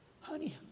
honey